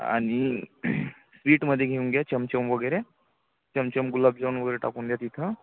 आणि स्वीटमध्ये घेऊन घ्या चमचम वगैरे चमचम गुलाबजाम वगैरे टाकून द्या तिथं